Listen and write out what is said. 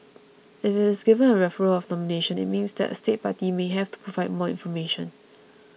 if it is given a referral of nomination it means that a state party may have to provide more information